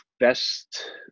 Best